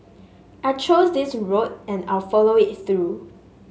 I chose this road and I'll follow it through